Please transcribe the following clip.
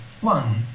One